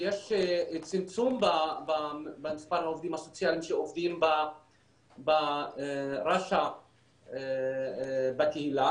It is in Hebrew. יש צמצום במספר העובדים הסוציאליים שעובדים ברש"א בקהילה